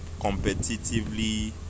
competitively